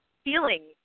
feeling